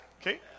Okay